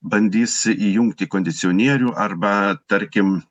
bandys įjungti kondicionierių arba tarkim